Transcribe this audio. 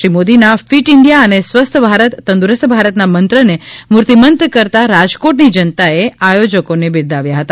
શ્રી મોદીના fit India અને સ્વસ્થ ભારત તંદુરસ્ત ભારતના મંત્રને મૂર્તિમંત કરતા રાજકોટની જનતાએ આયોજકોને બિરદાવ્યા હતા